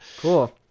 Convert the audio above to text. cool